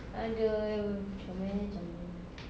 !aduh! comel comel